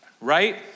Right